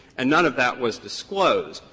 and none of that was disclosed.